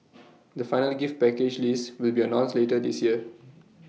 the final gift package list will be announced later this year